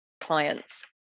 clients